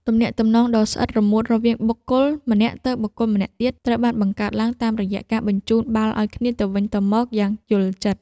ទំនាក់ទំនងដ៏ស្អិតរមួតរវាងបុគ្គលម្នាក់ទៅបុគ្គលម្នាក់ទៀតត្រូវបានបង្កើតឡើងតាមរយៈការបញ្ជូនបាល់ឱ្យគ្នាទៅវិញទៅមកយ៉ាងយល់ចិត្ត។